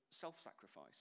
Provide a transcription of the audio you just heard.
self-sacrifice